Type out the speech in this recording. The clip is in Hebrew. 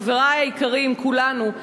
חברי היקרים, כולנו,